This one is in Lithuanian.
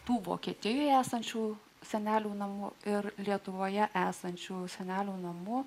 tų vokietijoje esančių senelių namų ir lietuvoje esančių senelių namų